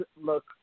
look